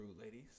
ladies